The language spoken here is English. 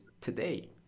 today